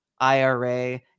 IRA